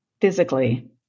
physically